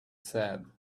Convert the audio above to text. said